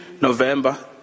November